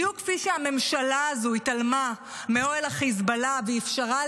בדיוק כפי שהממשלה הזו התעלמה מאוהל החיזבאללה ואפשרה